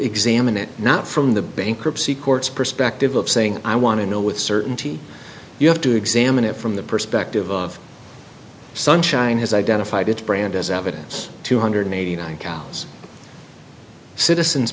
examine it not from the bankruptcy courts perspective of saying i want to know with certainty you have to examine it from the perspective of sunshine has identified its brand as evidence two hundred eighty nine cows citizens